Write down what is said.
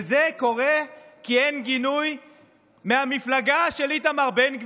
וזה קורה כי אין גינוי מהמפלגה של איתמר בן גביר.